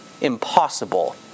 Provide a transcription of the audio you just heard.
Impossible